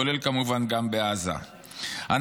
כולל בעזה,